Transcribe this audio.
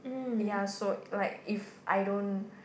ya so like if I don't